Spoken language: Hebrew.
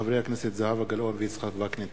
הצעתם של חברי הכנסת זהבה גלאון ויצחק וקנין.